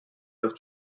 with